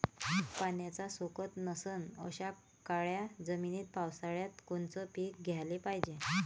पाण्याचा सोकत नसन अशा काळ्या जमिनीत पावसाळ्यात कोनचं पीक घ्याले पायजे?